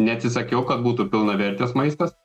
neatsisakiau kad būtų pilnavertis maistas